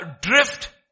drift